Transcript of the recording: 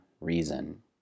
reason